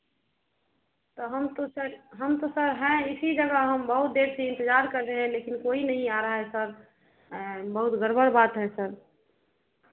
तो हम तो सर हम तो सर हैं इसी जगह हम बहुत देर से इंतज़ार कर रहे हैं लेकिन कोई नहीं आ रहा है सर बहुत गड़बड़ बात है सर